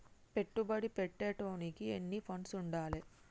పెట్టుబడి పెట్టేటోనికి ఎన్ని ఫండ్స్ ఉండాలే?